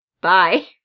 Bye